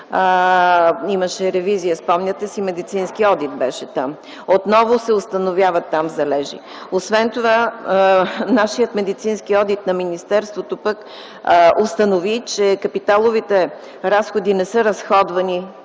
Имаше ревизия, спомняте си, медицинският одит беше там. Отново там се установяват залежи! Освен това, медицинският одит на министерството пък установи, че капиталовите разходи не са разходвани